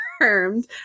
confirmed